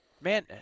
man